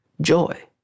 joy